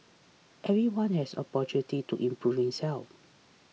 everyone has opportunities to improve himself